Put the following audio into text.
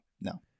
no